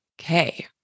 okay